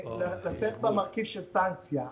לתת בה מרכיב של סנקציה.